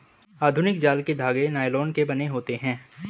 आधुनिक जाल के धागे नायलोन के बने होते हैं